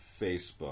Facebook